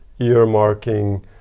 earmarking